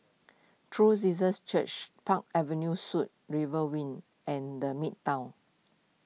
True Jesus Church Park Avenue Suites River Wing and the Midtown